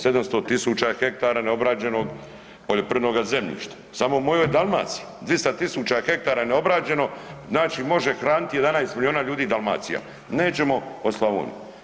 700.000 hektara neobrađenog poljoprivrednoga zemljišta, samo u mojoj Dalmaciji 200.000 hektara je neobrađeno znači može hraniti 11 milijuna ljudi Dalmacija, nećemo o Slavoniji.